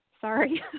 Sorry